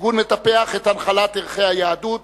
הארגון מטפח את הנחלת ערכי היהדות,